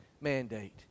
mandate